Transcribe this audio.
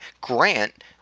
Grant